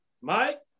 Mike